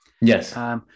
Yes